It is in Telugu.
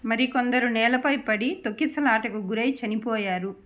మరికొందరు నేలపై పడి తొక్కిసలాటకు గురై చనిపోయారు